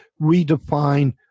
redefine